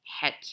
head